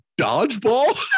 dodgeball